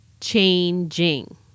changing